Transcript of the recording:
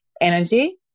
energy